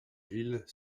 ville